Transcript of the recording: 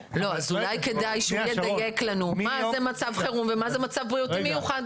אולי כדאי שידייק לנו מה זה מצב חירום ומה זה מצב בריאותי מיוחד.